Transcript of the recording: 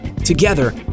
Together